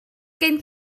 gen